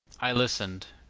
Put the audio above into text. i listened,